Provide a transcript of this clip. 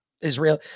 israel